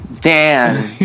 Dan